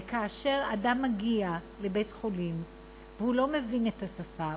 וכאשר אדם מגיע לבית-חולים והוא לא מבין את השפה,